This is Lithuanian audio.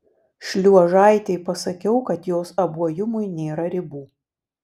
šliuožaitei pasakiau kad jos abuojumui nėra ribų